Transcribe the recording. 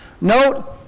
Note